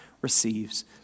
receives